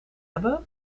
hebben